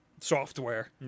software